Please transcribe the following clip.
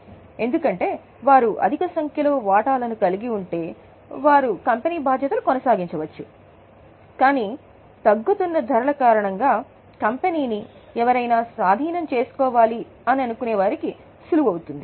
ఎందుకంటే వారు అధిక సంఖ్యలో వాటాలను కలిగి ఉంటే వారు కంపెనీ బాధ్యతలు కొనసాగించవచ్చు కాని తగ్గుతున్న ధరల కారణంగా కంపెనీ ఎవరైనా స్వాధీనం చేసుకోవాలనుకునేవారికి సులువు అవుతుంది